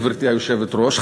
גברתי היושבת-ראש,